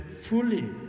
fully